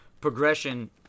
progression